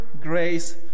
grace